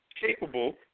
Capable